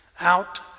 Out